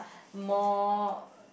more